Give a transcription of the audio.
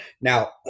now